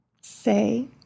say